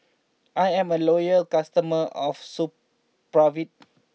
I'm a loyal customer of Supravit